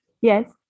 yes